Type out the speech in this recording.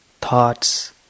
thoughts